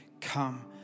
come